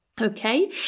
Okay